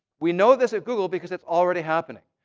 we know this at google because it's already happening.